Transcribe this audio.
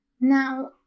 Now